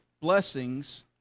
Blessings